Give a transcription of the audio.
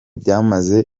byamaze